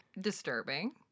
disturbing